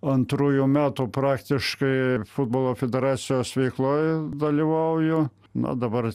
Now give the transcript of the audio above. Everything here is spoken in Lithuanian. antrųjų metų praktiškai futbolo federacijos veikloj dalyvauju na dabar